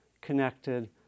connected